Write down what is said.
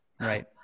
right